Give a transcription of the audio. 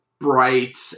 bright